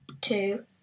two